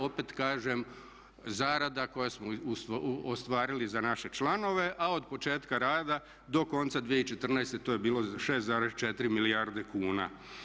Opet kažem zarada koju smo ostvarili za naše članove, a od početka rada do konca 2014. to je bilo 6,4 milijarde kuna.